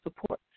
support